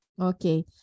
okay